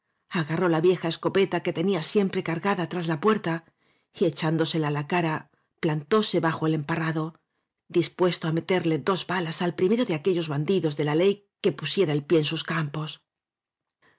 agarro la vieja escopeta tenía que siempre cargada tras la puerta y echándosela á la cara plantóse bajo el emparrado dispuesto á me terle dos balas al primero de aquellos bandidos de la ley que pusiera el pie en sus campos